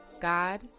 God